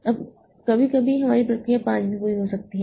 अब कभी कभी हमारी प्रक्रिया 5 भी पूरी हो जाती है